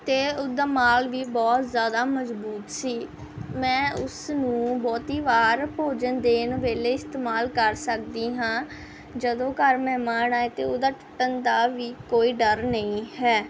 ਅਤੇ ਉਸਦਾ ਮਾਲ ਵੀ ਬਹੁਤ ਜ਼ਿਆਦਾ ਮਜਬੂਤ ਸੀ ਮੈਂ ਉਸ ਨੂੰ ਬਹੁਤੀ ਵਾਰ ਭੋਜਨ ਦੇਣ ਵੇਲੇ ਇਸਤੇਮਾਲ ਕਰ ਸਕਦੀ ਹਾਂ ਜਦੋਂ ਘਰ ਮਹਿਮਾਨ ਆਏ ਅਤੇ ਉਹਦਾ ਟੁੱਟਣ ਦਾ ਵੀ ਕੋਈ ਡਰ ਨਹੀਂ ਹੈ